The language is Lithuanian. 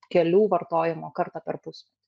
kelių vartojimo kartą per pusmetį